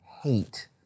hate